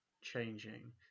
changing